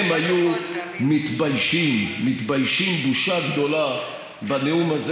הם היו מתביישים בושה גדולה בנאום הזה